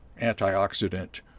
antioxidant